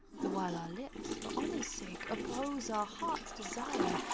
the while our lips, for honour's sake, oppose our heart's desire,